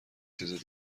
چیز